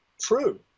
true